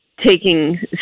taking